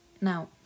Now